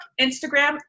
Instagram